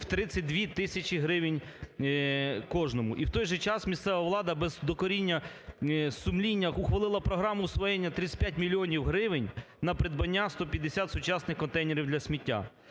32 тисячі гривень кожному і в той же час місцева влада без докоріння сумління ухвалила програму освоєння 35 мільйонів гривень на придбання 150 сучасний контейнерів для сміття.